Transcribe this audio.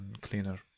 cleaner